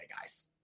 guys